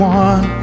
one